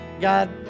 God